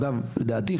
אגב לדעתי,